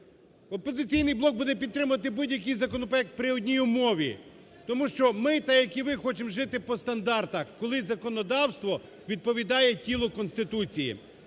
"Опозиційний блок" буде підтримувати будь-який законопроект при одній умові, тому що ми так, як і ви, хочемо жити по стандартах, коли законодавство відповідає тілу Конституції.